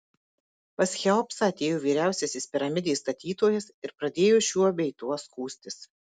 pas cheopsą atėjo vyriausiasis piramidės statytojas ir pradėjo šiuo bei tuo skųstis